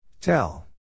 Tell